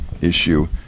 issue